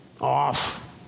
off